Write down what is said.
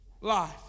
life